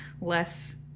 less